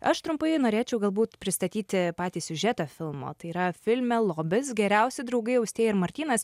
aš trumpai norėčiau galbūt pristatyti patį siužetą filmo tai yra filme lobis geriausi draugai austėja ir martynas